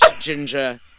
ginger